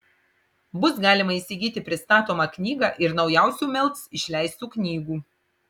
bus galima įsigyti pristatomą knygą ir naujausių melc išleistų knygų